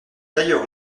d’ailleurs